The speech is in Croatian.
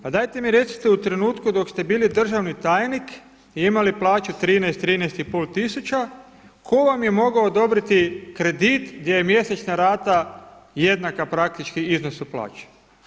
Pa dajte mi recite u trenutku dok ste bili državni tajnik i imali plaću 13, 13,5 tisuća tko vam je mogao odobriti kredit gdje je mjesečna rata jednaka praktički iznosu plaće.